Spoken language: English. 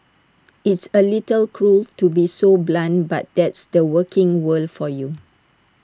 it's A little cruel to be so blunt but that's the working world for you